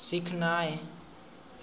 सीखनाय